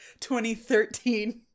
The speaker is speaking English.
2013